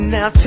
Now